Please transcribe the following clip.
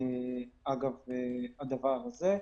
אגב הדבר הזה.